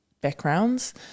backgrounds